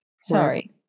Sorry